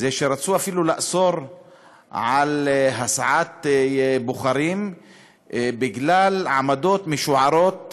שרצו אפילו לאסור הסעת בוחרים בגלל עמדות משוערות